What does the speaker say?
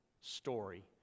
story